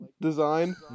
design